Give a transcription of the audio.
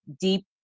deep